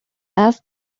asked